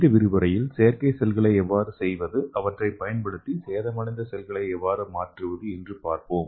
இந்த விரிவுரையில் செயற்கை செல்களை எவ்வாறு செய்வது அவற்றைப் பயன்படுத்தி சேதமடைந்த செல்களை எவ்வாறு மாற்றுவது என்று பார்ப்போம்